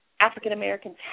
African-Americans